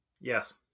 Yes